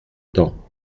temps